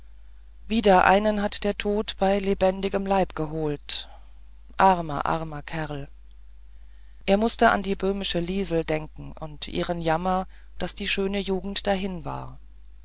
wieder einen hat der tod bei lebendigem leib geholt armer armer kerl er mußte an die böhmische liesel denken und ihren jammer daß die schöne jugend dahin war